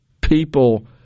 people